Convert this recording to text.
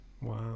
Wow